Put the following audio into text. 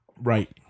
right